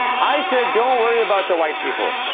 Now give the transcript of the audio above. i said don't worry about the white people.